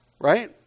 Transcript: right